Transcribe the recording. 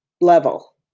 level